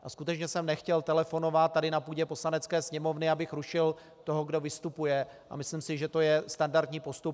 A skutečně jsem nechtěl telefonovat tady na půdě Poslanecké sněmovny, abych rušil toho, kdo vystupuje, a myslím si, že to je standardní postup.